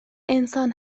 انسان